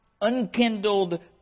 unkindled